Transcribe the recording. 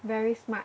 very smart